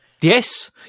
Yes